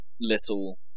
little